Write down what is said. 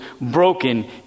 broken